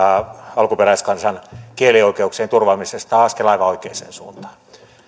alkuperäiskansan kielioikeuksien turvaamisesta on askel aivan oikeaan suuntaan